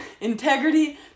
integrity